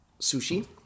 sushi